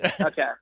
Okay